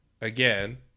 again